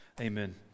amen